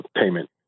payment